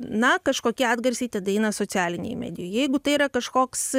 na kažkokie atgarsiai tada eina socialinėj medijoj jeigu tai yra kažkoks